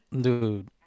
dude